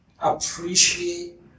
appreciate